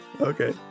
Okay